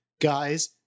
guys